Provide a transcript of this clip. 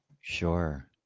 Sure